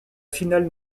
finale